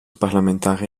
parlamentari